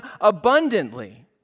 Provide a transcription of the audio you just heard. abundantly